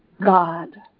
God